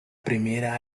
primera